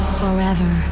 forever